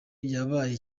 yabaye